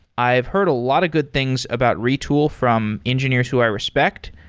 i've heard a lot of good things about retool from engineers who i respect.